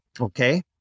Okay